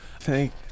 Thank